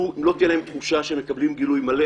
אם לא תהיה להם תחושה שהם מקבלים גיבוי מלא,